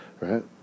Right